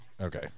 Okay